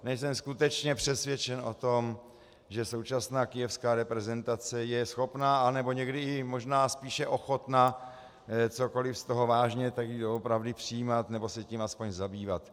Nejsem skutečně přesvědčen o tom, že současná kyjevská reprezentace je schopna, anebo někdy i možná spíš ochotna cokoli z toho vážně doopravdy přijímat, nebo se tím aspoň zabývat.